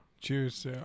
Cheers